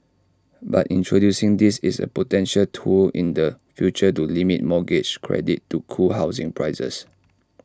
but introducing this is A potential tool in the future to limit mortgage credit to cool housing prices